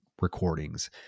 recordings